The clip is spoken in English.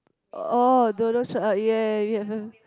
oh shirt ah ya ya ya you have a